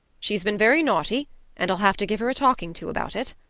she's been very naughty and i'll have to give her a talking to about it.